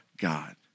God